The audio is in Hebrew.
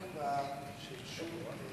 הנושא הוא הטיפול במגורשי גוש-קטיף.